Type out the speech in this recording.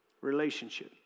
relationship